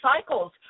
cycles